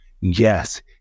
yes